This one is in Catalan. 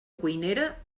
cuinera